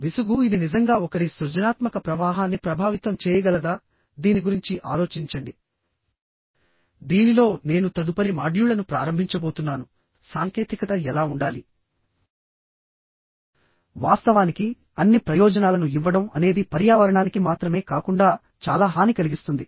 విసుగు ఇది నిజంగా ఒకరి సృజనాత్మక ప్రవాహాన్ని ప్రభావితం చేయగలదా దీని గురించి ఆలోచించండి దీనిలో నేను తదుపరి మాడ్యూళ్ళను ప్రారంభించబోతున్నాను సాంకేతికత ఎలా ఉండాలి వాస్తవానికి అన్ని ప్రయోజనాలను ఇవ్వడం అనేది పర్యావరణానికి మాత్రమే కాకుండా చాలా హాని కలిగిస్తుంది